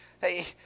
Hey